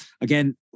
again